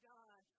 God